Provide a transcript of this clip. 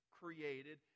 created